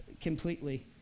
completely